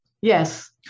Yes